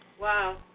wow